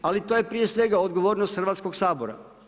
Ali to je prije svega odgovornost Hrvatskog sabora.